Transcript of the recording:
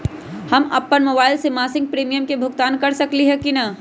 हम अपन मोबाइल से मासिक प्रीमियम के भुगतान कर सकली ह की न?